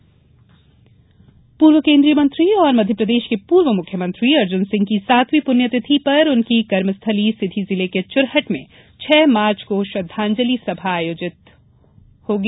पूर्व सीएम पुण्यतिथि पूर्व केंद्रीय मंत्री और मध्यप्रदेश के पूर्व मुख्यमंत्री अर्जुन सिंह की सातवीं पुण्यतिथि पर उनकी कर्मस्थली सीधी जिले के चुरहट में छह मार्च को श्रद्धांजलि सभा आयोजित होगी